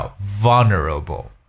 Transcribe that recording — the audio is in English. vulnerable